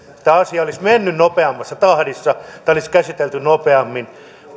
tämä asia olisi mennyt nopeammassa tahdissa tämä olisi käsitelty nopeammin